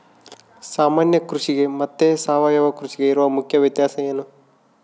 ಸಾಮಾನ್ಯ ಕೃಷಿಗೆ ಮತ್ತೆ ಸಾವಯವ ಕೃಷಿಗೆ ಇರುವ ಮುಖ್ಯ ವ್ಯತ್ಯಾಸ ಏನು?